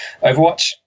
Overwatch